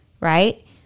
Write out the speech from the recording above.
Right